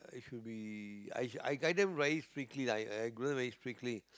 it should be I I guide them very strictly lah I I grow them very strictly